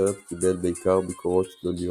הסרט קיבל בעיקר ביקורות שליליות,